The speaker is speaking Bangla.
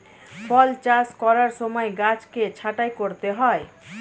ফল চাষ করার সময় গাছকে ছাঁটাই করতে হয়